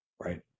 right